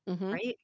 Right